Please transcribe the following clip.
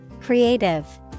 Creative